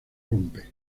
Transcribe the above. rompe